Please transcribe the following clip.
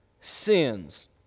sins